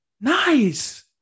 Nice